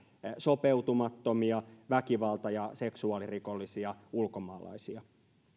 sopeutumattomia väkivalta ja seksuaalirikollisia ulkomaalaisia